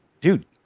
dude